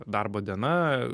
darbo diena